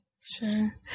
Sure